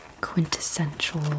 quintessential